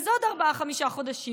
עוד ארבעה-חמישה חודשים,